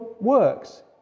works